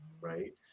right